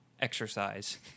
exercise